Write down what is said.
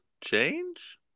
change